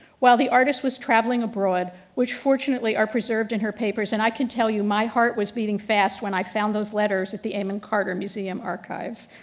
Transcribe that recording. while the artist was traveling abroad, which fortunately are preserved in her papers. and i can tell you my heart was beating fast when i found those letters at the amon carter museum archives.